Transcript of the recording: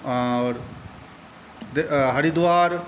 आओर हरिद्वार